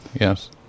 Yes